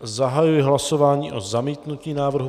Zahajuji hlasování o zamítnutí návrhu.